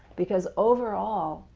because overall,